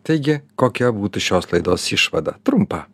taigi kokia būtų šios laidos išvada trumpa